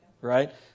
right